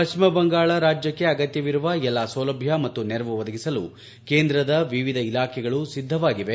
ಪಶ್ಚಿಮ ಬಂಗಾಳ ರಾಜ್ಯಕ್ಕೆ ಅಗತ್ಯವಿರುವ ಎಲ್ಲ ಸೌಲಭ್ಯ ಮತ್ತು ನೆರವು ಒದಗಿಸಲು ಕೇಂದ್ರದ ವಿವಿಧ ಇಲಾಖೆಗಳು ಸಿದ್ಧ ಇವೆ